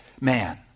man